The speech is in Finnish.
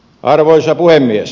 arvoisa puhemies